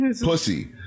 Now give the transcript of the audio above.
pussy